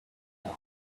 top